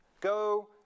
go